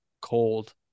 cold